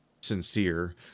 sincere